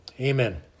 amen